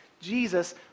Jesus